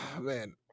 Man